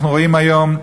אנחנו רואים היום,